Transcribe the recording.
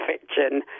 fiction